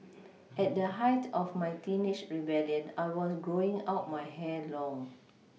at the height of my teenage rebelLion I was growing out my hair long